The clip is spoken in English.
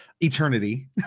eternity